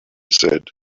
said